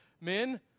Men